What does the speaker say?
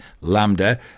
Lambda